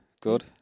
good